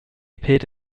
appeared